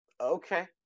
Okay